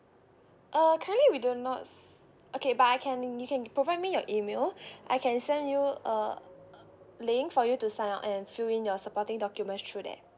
uh currently we do not s~ okay but I can you can provide me your email I can send you a link for you to sign up and fill in your supporting documents through that